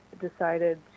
decided